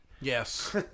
Yes